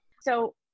So-